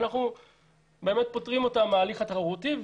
ואנחנו פוטרים אותה מההליך התחרותי,